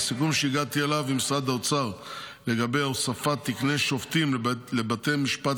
בסיכום שהגעתי אליו עם משרד האוצר לגבי הוספת תקני שופטים לבתי משפט